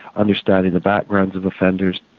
understanding the background of offenders,